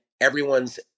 everyone's